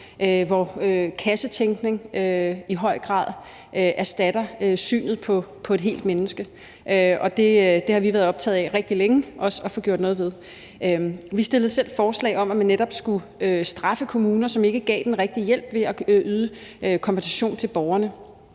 hvor kassetænkningen i høj grad erstatter synet på det hele menneske, og det har vi også rigtig længe været optaget af at få gjort noget ved. Vi fremsatte selv et forslag om, at man netop skulle straffe kommuner, som ikke gav den rigtige hjælp, ved at pålægge dem at yde kompensation til borgerne,